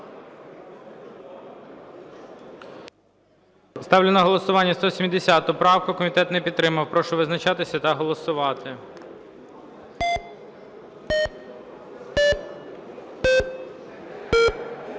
Ставлю на голосування 170 правку. Комітет не підтримав. Прошу визначатися та голосувати. 12:10:52